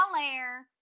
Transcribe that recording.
Air